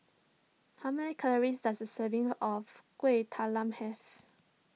how many calories does a serving of Kueh Talam have